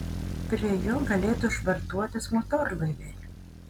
prie jo galėtų švartuotis motorlaiviai